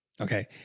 Okay